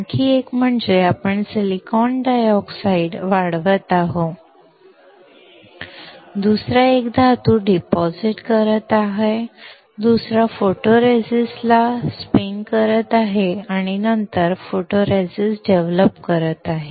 आणखी एक म्हणजे आपण सिलिकॉन डायऑक्साइड वाढवत आहोत दुसरा एक धातू डिपॉझिट करत आहे दुसरा फोटोरेसिस्टला फिरवत आहे आणि नंतर फोटोरेसिस्ट डेव्हलप करत आहे